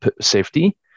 safety